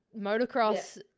Motocross